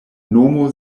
nomo